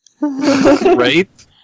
Right